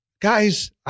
Guys